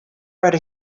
write